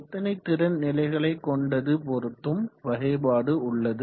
எத்தனை திறன் நிலைகள் கொண்டது பொறுத்தும் வ்கைப்பாடு உள்ளது